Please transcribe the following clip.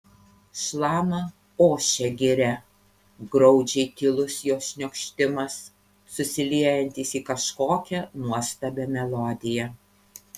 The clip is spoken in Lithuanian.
šlama ošia giria graudžiai tylus jos šniokštimas susiliejantis į kažkokią nuostabią melodiją